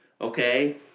Okay